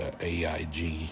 AIG